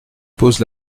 pose